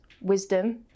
wisdom